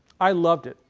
i loved it!